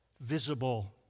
visible